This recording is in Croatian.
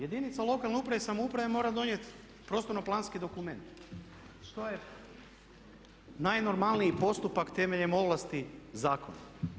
Jedinica lokalne uprave i samouprave mora donijeti prostorno-planski dokument što je najnormalniji postupak temeljem ovlasti zakona.